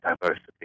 diversity